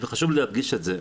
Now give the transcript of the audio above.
וחשוב לי להדגיש את זה,